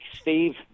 Steve